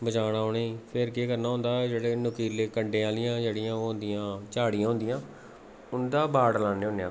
बचाना उ'नें ई फ्ही केह् करना होंदा जेह्ड़े नुकीले कंडें आह्लियां जेह्ड़ियां ओह् होंदियां झूड़ियां होंदियां उं'दा बाड़ लान्ने हुन्ने आं